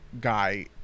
guy